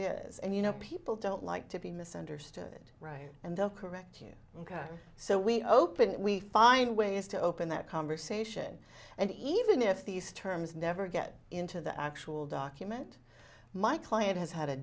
is and you know people don't like to be misunderstood right and they'll correct you ok so we open we find ways to open that conversation and even if these terms never get into the actual document my client has had a